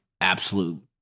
absolute